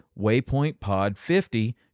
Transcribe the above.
WaypointPod50